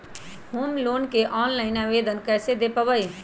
Home loan के ऑनलाइन आवेदन कैसे दें पवई?